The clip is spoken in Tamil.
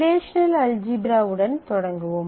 ரிலேஷனல் அல்ஜீப்ரா உடன் தொடங்குவோம்